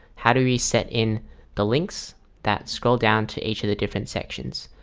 how do we set in the links that scroll down to each of the different sections?